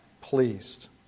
Pleased